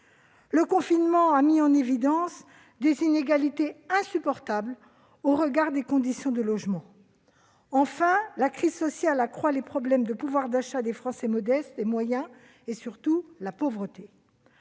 Le confinement a également mis en évidence des inégalités insupportables au regard des conditions de logement. Enfin, la crise sociale a accru les problèmes de pouvoir d'achat des Français modestes, des classes moyennes et, surtout, aggravé